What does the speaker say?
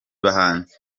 bahanzi